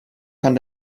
kann